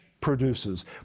produces